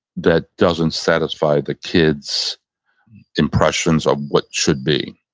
that doesn't satisfy that kid's impressions of what should be.